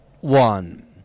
one